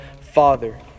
Father